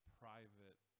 private